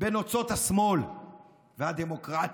בנוצות השמאל והדמוקרטיה.